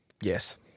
Yes